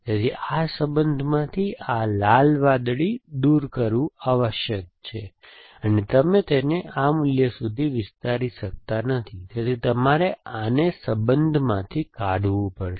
તેથીઆ સંબંધમાંથી આ લાલ વાદળી દૂર કરવું આવશ્યક છે અને તમે તેને આ મૂલ્ય સુધી વિસ્તારી શકતા નથી તેથી તમારે આને સંબંધમાંથી કાઢવું પડશે